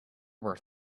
were